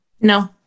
No